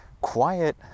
quiet